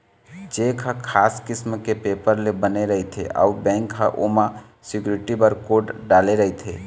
cheque ह खास किसम के पेपर ले बने रहिथे अउ बेंक ह ओमा सिक्यूरिटी बर कोड डाले रहिथे